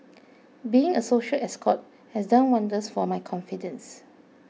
being a social escort has done wonders for my confidence